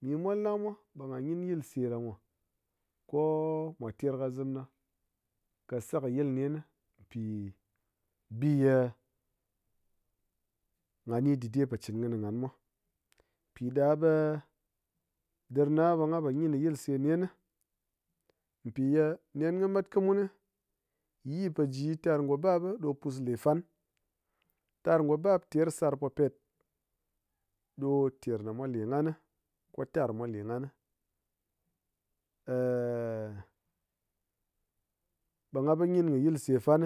Mi mwalnamwa ɓe ngha gyin yilseɗa mwa ko mwa terkizim na ka sakɨyil nen pi biye ngha ni dide po chɨn kɨni nghan mwa, piɗaɓe ɓe nghan po ngyin yilse nen pi ye nen kɨ mat kɨ mun yii poji tar ngo bap ɗo pusle fan, tar gobap ter sar popet ɗo ter ne mwa le nghan ko tar mwa le nghan. ɓe nghan ma gyin kɨ yilse fan,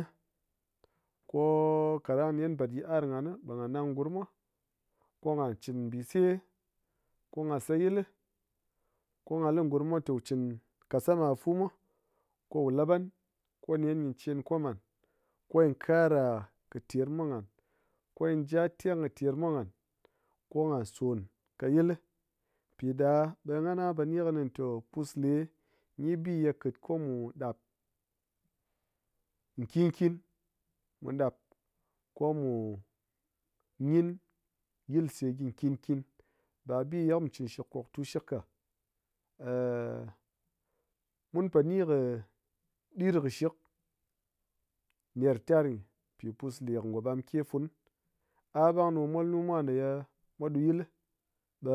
ko kaɗang nen kɨ bat yit'ar nghan ɓe ngha nang gurmmwa ko ngha chin mbise, ko ngha sayil li ko ngha li gurmmwa ta wu chin kassama fu mwa ko wu lap nghan kɨ nen gyi chen kwom nghan, ko gyi kara kɨ termwa nghan, ko gyi ja teng kɨ termwa nghan, ko ngha son kɨ yil. Piɗa ɓe nghana po likini tɔ pusle gyi bi ye kit kɨmu ɗap nkin nkin, mu ɗap komu ngyin yilse gyi nkin nkin ba bi ye mu chin shik kwaktu shik ka. mun po ni kɨ ɗirshik ner tar gyi pi pusle ngo ɓamke funu aɓang ɗo mwalnumwa ne ye mwa ɗuyil ɓe